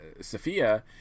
Sophia